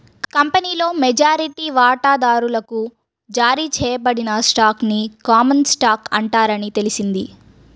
కంపెనీలోని మెజారిటీ వాటాదారులకు జారీ చేయబడిన స్టాక్ ని కామన్ స్టాక్ అంటారని తెలిసింది